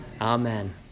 Amen